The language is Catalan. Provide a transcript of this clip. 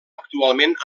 actualment